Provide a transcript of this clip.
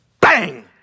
bang